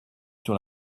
sur